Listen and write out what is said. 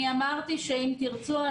אני אמרתי שאם תרצו,